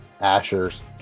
Asher's